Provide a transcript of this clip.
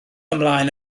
ymlaen